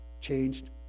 changed